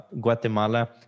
Guatemala